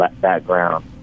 background